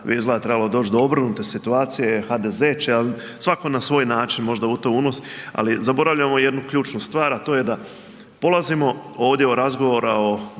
izgleda trebalo doći do obrnute situacije, HDZ će, svatko na svoj način može u to unosi, ali zaboravljamo jednu ključnu stvar, a to je da polazimo ovdje od razgovora o